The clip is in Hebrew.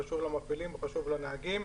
חשוב למפעילים וחשוב לנהגים.